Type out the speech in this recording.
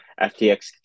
FTX